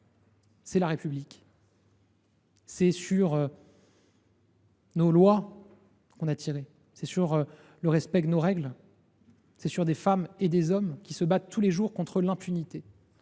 hier : la République. C’est sur nos lois qu’on a tiré, sur le respect de nos règles, sur des femmes et des hommes qui se battent, tous les jours, contre l’impunité.